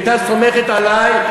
היא הייתה סומכת עלי,